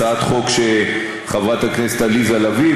הצעת חוק של חברת הכנסת עליזה לביא,